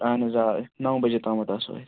اہن حظ آ نَو بَجے تام آسو ییٚتہِ